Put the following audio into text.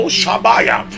Shabaya